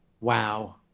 Wow